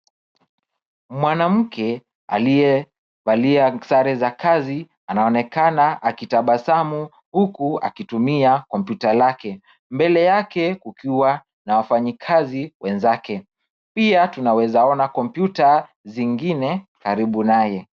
Mwanamke aliyevalia sare za kazi anaonekana akitabasamu huku akitumia kompyuta lake mbele yake kukiwa na wafanyikazi wenzake. Pia tunawezaona kompyuta zingine karibu naye.